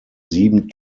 sieben